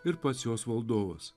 ir pats jos valdovas